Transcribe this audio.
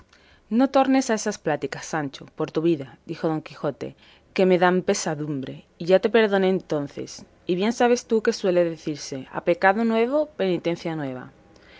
no tornes a esas pláticas sancho por tu vida dijo don quijote que me dan pesadumbre ya te perdoné entonces y bien sabes tú que suele decirse a pecado nuevo penitencia nueva